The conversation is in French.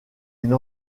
une